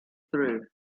through